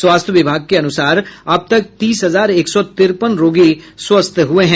स्वास्थ्य विभाग के अनुसार अब तक तीस हजार एक सौ तिरपन रोगी स्वस्थ हुए हैं